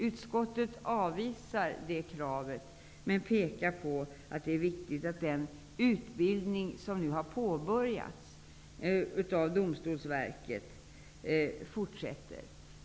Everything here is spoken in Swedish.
Utskottet avvisar detta krav, men framhåller att det är viktigt att den utbildning som nu har påbörjats i Domstolsverkets regi fortsätter.